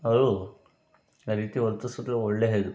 ಅವರು ಆ ರೀತಿ ವರ್ತಿಸಿದರೆ ಒಳ್ಳೆಯದು